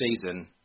season